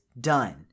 done